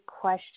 question